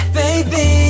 baby